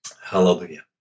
Hallelujah